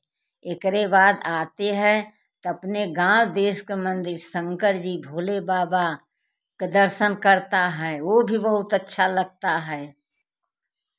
इसके बाद आते हैं अपने गाँव देश का मंदिर शंकर जी भोले बाबा के दर्शन करता है वह भी बहुत अच्छा लगता है